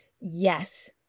Yes